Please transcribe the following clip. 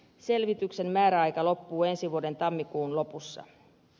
selvityksen määräaika loppuu ensi vuoden tammikuun lopussa